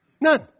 None